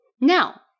Now